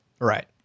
Right